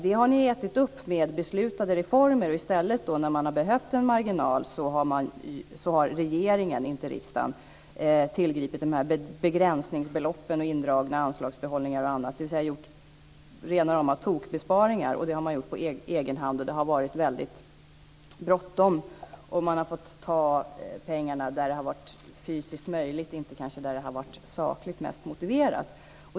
Det har ni ätit upp med beslutade reformer. När man har behövt använda marginalen har regeringen - inte riksdagen - tillgripit begränsningsbelopp, indragna anslagsbehållningar och annat, dvs. gjort rena rama tokbesparingar. Det har man gjort på egen hand, och det har varit väldigt bråttom. Man har fått ta pengarna där det har varit fysiskt möjligt och kanske inte där det har varit sakligt mest motiverat.